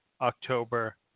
October